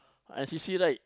N_C_C right